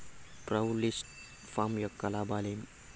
poultry farm యొక్క లాభాలు ఏమి